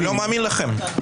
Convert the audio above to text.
הוא לא מאמין לכם.